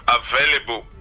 available